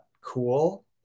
cool